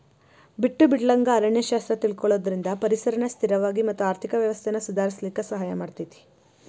ಬಿಟ್ಟು ಬಿಡಲಂಗ ಅರಣ್ಯ ಶಾಸ್ತ್ರ ತಿಳಕೊಳುದ್ರಿಂದ ಪರಿಸರನ ಸ್ಥಿರವಾಗಿ ಮತ್ತ ಆರ್ಥಿಕ ವ್ಯವಸ್ಥೆನ ಸುಧಾರಿಸಲಿಕ ಸಹಾಯ ಮಾಡತೇತಿ